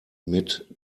mit